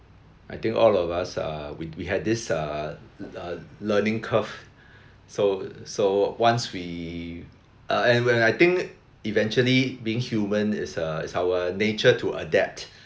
I think all of us uh we we had this uh le~ learning curve so so once we uh and when I think eventually being human is uh is our nature to adapt